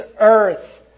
earth